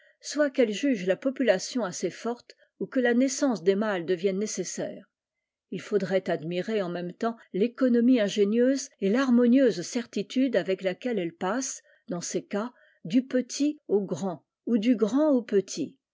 soit qu'elles jugent la population assez forte ou que la naissance des mâles devienne nécessaire il faudrait admirer en même temps l'économie ingénieuse et l'harmonieuse certitude avec laquelle elles passent dans ces cas du petit au grand ou du grand au petit